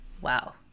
Wow